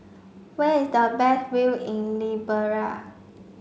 where is the best view in